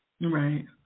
Right